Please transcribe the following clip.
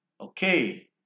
Okay